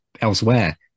elsewhere